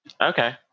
Okay